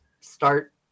start